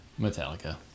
Metallica